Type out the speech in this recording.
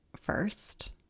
first